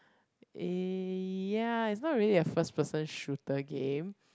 eh ya it's not really a first person shooter game